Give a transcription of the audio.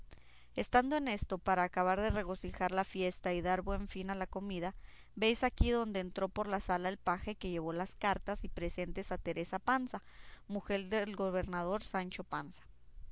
estando en esto para acabar de regocijar la fiesta y dar buen fin a la comida veis aquí donde entró por la sala el paje que llevó las cartas y presentes a teresa panza mujer del gobernador sancho panza